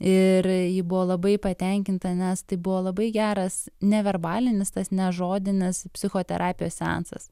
ir ji buvo labai patenkinta nes tai buvo labai geras neverbalinis tas nežodinis psichoterapijos seansas